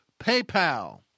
PayPal